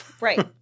Right